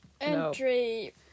Entry